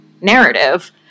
narrative